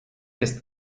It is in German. ist